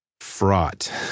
fraught